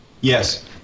Yes